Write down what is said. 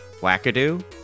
wackadoo